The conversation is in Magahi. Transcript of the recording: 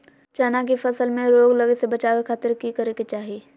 चना की फसल में रोग लगे से बचावे खातिर की करे के चाही?